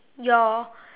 your